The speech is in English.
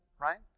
right